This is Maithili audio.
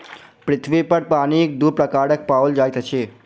पृथ्वी पर पानिक दू प्रकार पाओल जाइत अछि